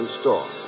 store